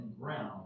ground